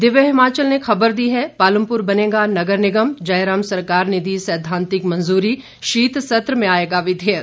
दिव्य हिमाचल ने खबर दी है पालमपुर बनेगा नगर निगम जयराम सरकार ने दी सैद्वांतिक मंजूरी शीत सत्र में आएगा विधेयक